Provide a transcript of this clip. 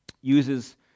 uses